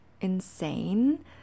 insane